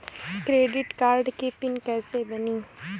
Credit card के pin कैसे बनी?